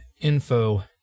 Info